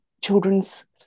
children's